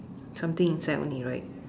something inside only right